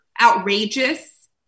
outrageous